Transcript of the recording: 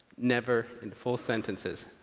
never in full sentences.